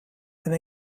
and